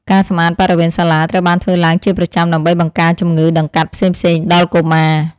ការសម្អាតបរិវេណសាលាត្រូវបានធ្វើឡើងជាប្រចាំដើម្បីបង្ការជំងឺដង្កាត់ផ្សេងៗដល់កុមារ។